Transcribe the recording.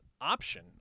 option